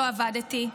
לא עבדתי,